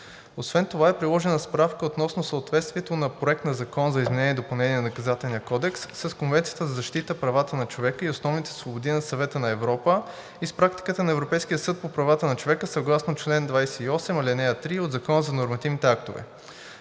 Освен това е приложена Справка относно съответствието на проект на Закон за изменение и допълнение на Наказателния кодекс с Конвенцията за защита правата на човека и основните свободи на Съвета на Европа и с практиката на Европейския съд по правата на човека съгласно чл. 28, ал. 3 от Закона за нормативните актове.